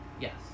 Yes